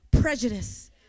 prejudice